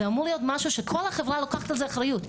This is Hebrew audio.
זה אמור להיות משהו שכל החברה לוקחת על זה אחריות,